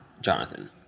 jonathan